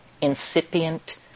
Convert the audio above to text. incipient